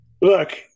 look